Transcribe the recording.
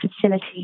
facility